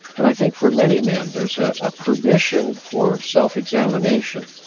but i think for many men, there's a ah permission for self-examination.